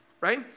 right